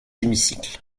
hémicycle